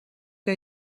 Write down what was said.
que